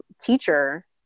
teacher